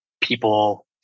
people